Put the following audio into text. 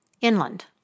inland